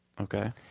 Okay